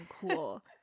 cool